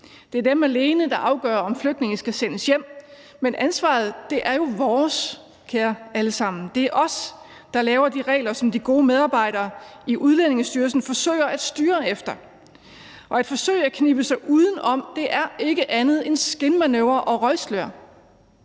Det er dem alene, der afgør, om flygtninge skal sendes hjem. Men ansvaret er jo vores, kære alle sammen. Det er os, der laver de regler, som de gode medarbejdere i Udlændingestyrelsen forsøger at styre efter, og at forsøge at knibe sig udenom er ikke andet end skinmanøvrer og røgslør.